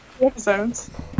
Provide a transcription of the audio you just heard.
episodes